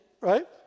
Right